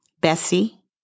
Bessie